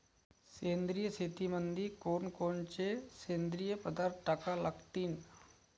सेंद्रिय शेतीमंदी कोनकोनचे सेंद्रिय पदार्थ टाका लागतीन?